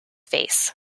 face